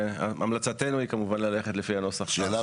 המלצתנו היא ללכת לפי הנוסח --- השאלה